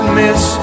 miss